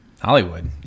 Hollywood